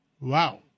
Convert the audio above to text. Wow